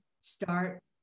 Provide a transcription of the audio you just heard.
start